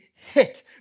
hit